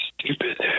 Stupid